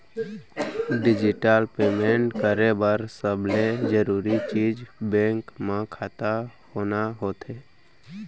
digital payment करे बर सबले जरूरी चीज बेंक म खाता होना होथे